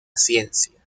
ciencia